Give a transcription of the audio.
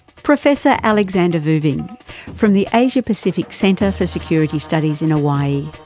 professor alexander vuving from the asia-pacific center for security studies in hawaii.